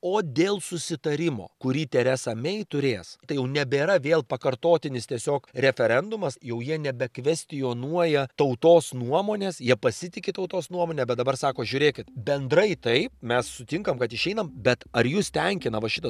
o dėl susitarimo kurį teresa mei turės tai jau nebėra vėl pakartotinis tiesiog referendumas jau jie nebekvestionuoja tautos nuomonės jie pasitiki tautos nuomone bet dabar sako žiūrėkit bendrai taip mes sutinkam kad išeinam bet ar jus tenkina va šitas